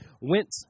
went